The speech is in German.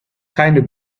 keine